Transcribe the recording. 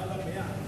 בעל המאה.